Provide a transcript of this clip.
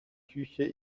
küche